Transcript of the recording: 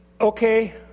okay